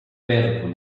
perto